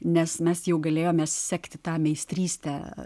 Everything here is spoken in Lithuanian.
nes mes jau galėjome sekti tą meistrystę